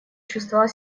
чувствовала